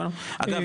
אגב,